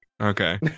okay